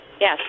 Yes